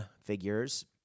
figures